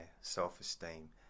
self-esteem